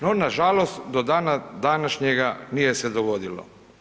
No nažalost do dana današnjega nije se dogodilo.